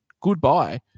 goodbye